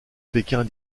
pékin